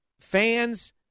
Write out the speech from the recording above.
fans